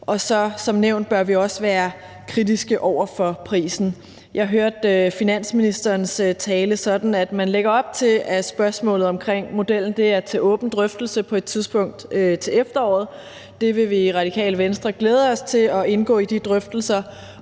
Og så bør vi som nævnt også være kritiske over for prisen. Jeg hørte finansministerens tale sådan, at man lægger op til, at spørgsmålet om modellen er til åben drøftelse på et tidspunkt til efteråret. Vi vil i Radikale Venstre glæde os til at indgå i de drøftelser,